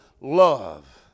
love